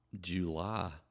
July